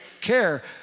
care